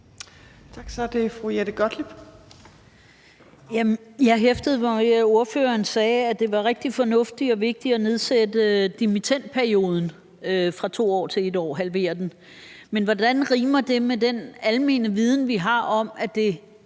Jeg hæftede mig ved, at ordføreren sagde, at det var rigtig fornuftigt og vigtigt at nedsætte dimittendperioden fra 2 år til 1 år, at halvere den. Men hvordan rimer det med den almene viden, vi har om, at det,